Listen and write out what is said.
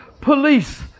police